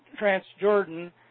Transjordan